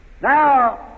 Now